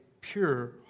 pure